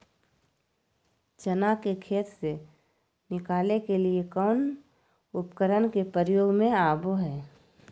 चना के खेत से निकाले के लिए कौन उपकरण के प्रयोग में आबो है?